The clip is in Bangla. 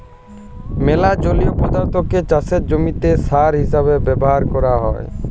ম্যালা জলীয় পদাথ্থকে চাষের জমিতে সার হিসেবে ব্যাভার ক্যরা হ্যয়